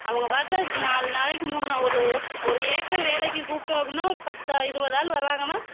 அவங்க பாட்டுல நாலு நாளைக்கு மூன்று ஒரு ஒரு ஏக்கர் வேலைக்கு கூப்பிடோம் அப்பன்னா ஒரு பத்து ஆள் இருபது ஆள் வராங்கனா